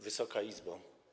Wysoka Izbo!